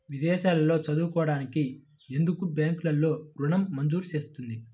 విదేశాల్లో చదువుకోవడానికి ఎందుకు బ్యాంక్లలో ఋణం మంజూరు చేస్తుంది?